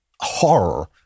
horror